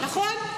נכון?